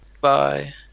Bye